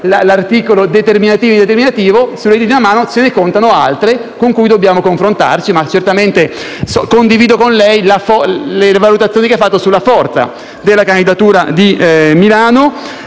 l'articolo, determinativo o indeterminativo - se ne contano altre con cui dobbiamo confrontarci. Certamente condivido con lei le valutazioni che ha fatto sulla forza della candidatura di Milano.